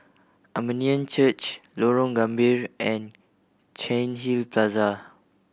Armenian Church Lorong Gambir and Cairnhill Plaza